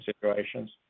situations